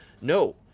No